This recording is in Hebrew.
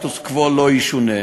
הסטטוס-קוו לא ישונה,